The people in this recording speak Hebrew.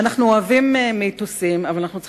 התייר שתרם איבר למושיקו הפך למיתוס,